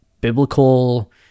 biblical